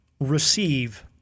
receive